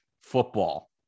football